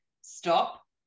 stop